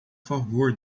favor